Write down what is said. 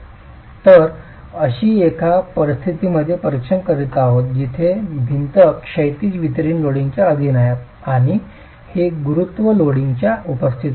तर आम्ही अशा परिस्थितीचे परीक्षण करीत आहोत जिथे भिंती क्षैतिज वितरित लोडिंगच्या अधीन आहे आणि ही गुरुत्व लोडच्या उपस्थितीत आहे